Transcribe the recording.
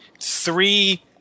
three